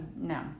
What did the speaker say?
No